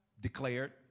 Declared